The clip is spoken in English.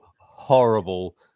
horrible